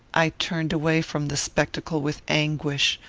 i turned away from the spectacle with anguish,